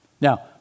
Now